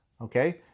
okay